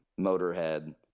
motorhead